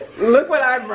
look what i brought.